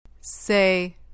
Say